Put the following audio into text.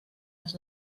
els